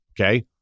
okay